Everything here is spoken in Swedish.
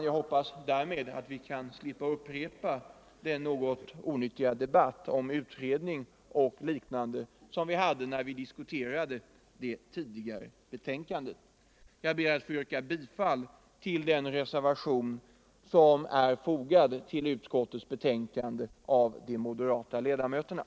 Jag hoppas därmed att vi kan slippa upprepa den något onyttiga debatt om utredning och liknande som vi hade när vi diskuterade det tidigare betänkandet. Jag ber, herr talman, att få yrka bifall till den reservation som av de moderata ledamöterna är fogad till utskottets betänkande.